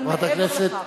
אבל מעבר לכך,